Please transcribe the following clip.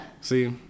See